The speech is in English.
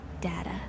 data